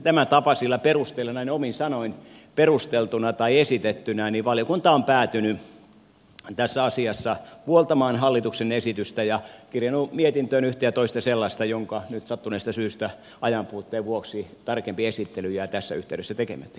tämäntapaisilla perusteilla näin omin sanoin esitettynä valiokunta on päätynyt tässä asiassa puoltamaan hallituksen esitystä ja kirjannut mietintöön yhtä ja toista sellaista jonka tarkempi esittely nyt sattuneesta syystä ajanpuutteen vuoksi jää tässä yhteydessä tekemättä